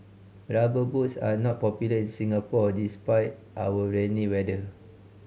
Rubber Boots are not popular in Singapore despite our rainy weather